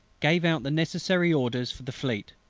gave out the necessary orders for the fleet.